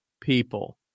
people